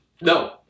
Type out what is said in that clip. No